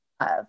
love